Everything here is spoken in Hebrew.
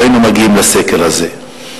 לא היינו מגיעים לסקר הזה.